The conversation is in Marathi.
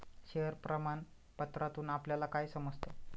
शेअर प्रमाण पत्रातून आपल्याला काय समजतं?